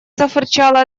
зафырчала